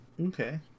Okay